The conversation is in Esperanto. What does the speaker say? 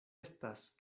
estas